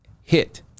hit